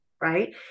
right